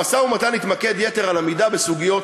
המשא-ומתן התמקד יתר על המידה בסוגיות